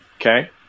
Okay